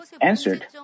answered